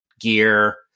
gear